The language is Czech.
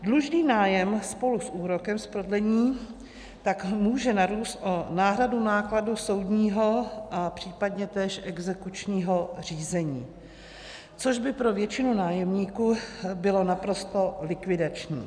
Dlužný nájem spolu s úrokem z prodlení tak může narůst o náhradu nákladů soudního a případně též exekučního řízení, což by pro většinu nájemníků bylo naprosto likvidační.